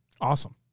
Awesome